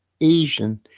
Asian